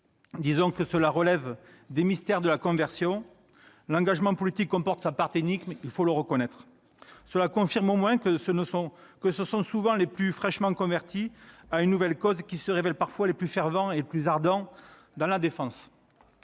Disons que cela relève des mystères de la conversion ! L'engagement politique comporte sa part d'énigme, il faut le reconnaître. Cela confirme au moins que ce sont souvent les plus fraîchement convertis à une cause nouvelle qui se révèlent parfois les plus fervents et les plus ardents pour la défendre.